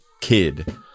kid